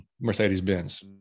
mercedes-benz